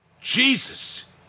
Jesus